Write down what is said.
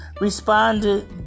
responded